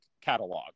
catalog